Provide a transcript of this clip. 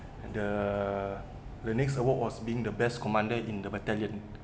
the the next award was being the best commander in the battalion